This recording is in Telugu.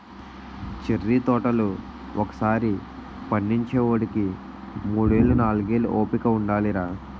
చెర్రి తోటలు ఒకసారి పండించేవోడికి మూడేళ్ళు, నాలుగేళ్ళు ఓపిక ఉండాలిరా